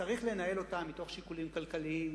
צריך לנהל אותה מתוך שיקולים כלכליים,